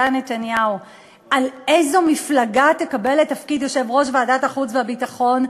נתניהו על איזו מפלגה תקבל את תפקיד יושב-ראש ועדת החוץ והביטחון,